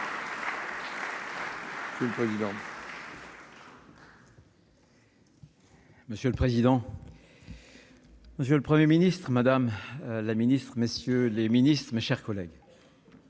Monsieur le président, monsieur le Premier ministre, madame la ministre, messieurs les ministres, mes chers collègues,